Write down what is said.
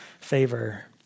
favor